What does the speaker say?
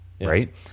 right